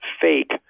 fake